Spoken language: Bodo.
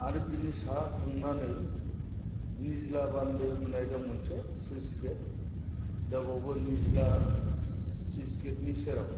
आर बिनि साहा थांनानै निजला बानदो होननाय दं मोनसे सुइस गेट दा बावबो निजला सुइथस गेट नि सेराव